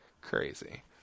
crazy